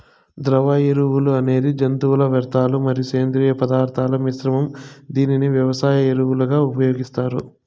ద్రవ ఎరువు అనేది జంతువుల వ్యర్థాలు మరియు సేంద్రీయ పదార్థాల మిశ్రమం, దీనిని వ్యవసాయ ఎరువులుగా ఉపయోగిస్తారు